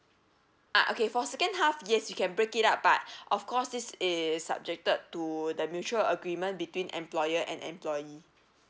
uh okay for second half yes you can break it up but of course this is subjected to the mutual agreement between employer an employee